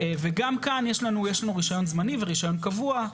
וגם כאן יש לנו רישיון זמני ורישיון קבוע.